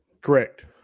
Correct